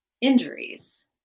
Injuries